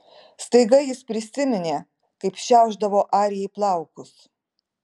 staiga jis prisiminė kaip šiaušdavo arijai plaukus